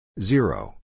zero